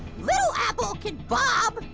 little apple can bob.